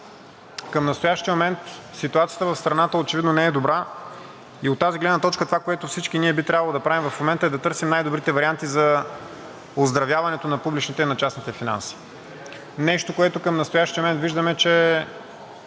Към настоящия момент ситуацията в страната очевидно не е добра. От тази гледна точка това, което всички ние би трябвало да правим в момента, е да търсим най-добрите варианти за оздравяването на публичните и на частните финанси. Нещо, което към настоящия момент виждаме, че